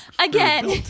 Again